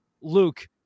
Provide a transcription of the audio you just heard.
Luke